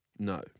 No